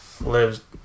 lives